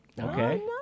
Okay